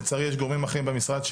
לצערי יש גורמים אחרים במשרד,